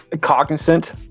cognizant